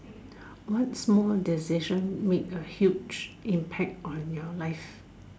what small decision made a huge impact on your life